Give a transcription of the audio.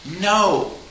No